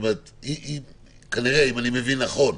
אם אני מבין נכון,